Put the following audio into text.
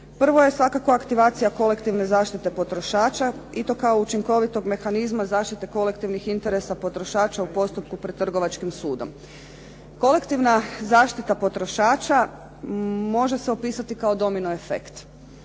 Prvo je svakako aktivacija kolektivne zaštite potrošača i to kao učinkovitog mehanizma zaštite kolektivnih interesa potrošača u postupku pred Trgovačkim sudom. Kolektivna zaštita potrošača može se opisati kao domino efekt.